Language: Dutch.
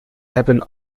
hebben